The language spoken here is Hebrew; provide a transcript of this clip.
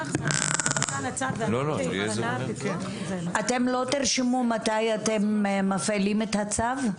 אתם לא תרשמו מתי אתם מפעילים את הצו?